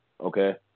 okay